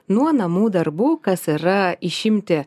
nuo namų darbų kas yra išimti